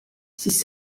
siis